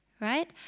right